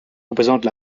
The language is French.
représente